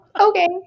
okay